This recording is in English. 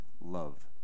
love